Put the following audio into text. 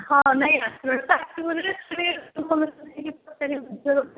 ହଁ ନାହିଁ ପଚାରିକି ବୁଝିବା ଦରକାର